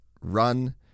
run